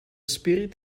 spirit